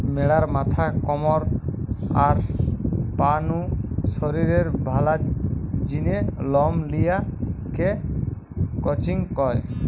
ম্যাড়ার মাথা, কমর, আর পা নু শরীরের ভালার জিনে লম লিয়া কে ক্রচিং কয়